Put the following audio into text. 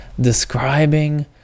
describing